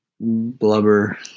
blubber